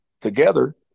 together